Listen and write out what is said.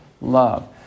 love